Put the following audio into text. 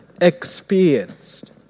experienced